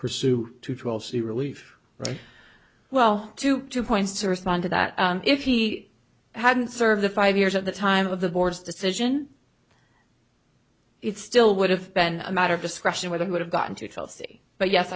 pursue to falsely relief right well to two points to respond to that if he hadn't serve the five years at the time of the board's decision it still would have been a matter of discretion whether he would have gotten to chelsea but yes